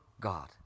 God